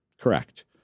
Correct